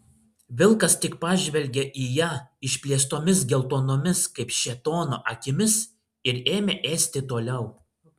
vilkas tik pažvelgė į ją išplėstomis geltonomis kaip šėtono akimis ir ėmė ėsti toliau